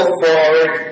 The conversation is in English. forward